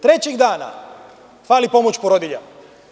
Trećeg dana, fali pomoć porodiljama.